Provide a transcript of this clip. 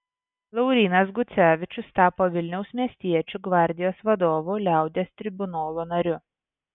laurynas gucevičius tapo vilniaus miestiečių gvardijos vadovu liaudies tribunolo nariu